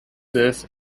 this